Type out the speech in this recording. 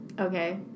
Okay